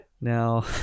Now